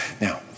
Now